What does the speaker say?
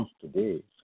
today